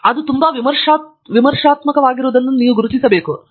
ಆದ್ದರಿಂದ ನೀವು ವಿಮರ್ಶಾತ್ಮಕವಾಗಿರುವುದನ್ನು ಗುರುತಿಸಬೇಕು ಮತ್ತು ನಂತರ ನೋಡಲು ಪ್ರಯತ್ನಿಸಿ